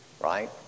right